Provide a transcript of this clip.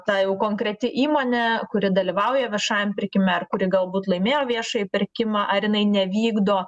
ta jau konkreti įmonė kuri dalyvauja viešajam pirkime ar kuri galbūt laimėjo viešąjį pirkimą ar jinai nevykdo